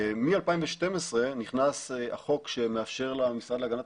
מ-2012 נכנס החוק שמאפשר למשרד להגנת